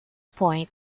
point